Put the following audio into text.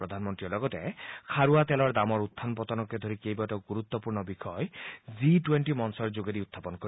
প্ৰধানমন্ত্ৰীয়ে লগতে খাৰুৱা তেলৰ দামৰ উখান পতনকে ধৰি কেইবাটাও গুৰুত্বপূৰ্ণ বিষয় জি টূৱেণ্টি মঞ্চৰ যোগেদি উখাপন কৰিব